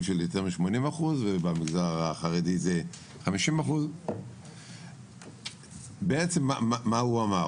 של יותר מ-80% ובמגזר החרדי זה 50%. בעצם מה הוא אמר?